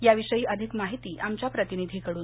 याविषयी अधिक माहिती आमच्या प्रतिनिधींकडून